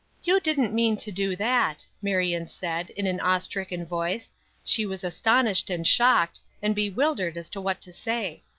you didn't mean to do that! marion said, in an awe-stricken voice she was astonished and shocked, and bewildered as to what to say.